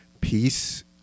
peace